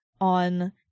on